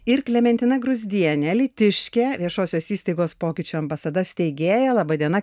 ir klementina gruzdienė alytiškė viešosios įstaigos pokyčių ambasada steigėja laba diena